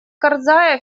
карзая